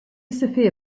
sophia